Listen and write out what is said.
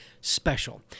special